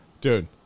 Dude